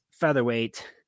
featherweight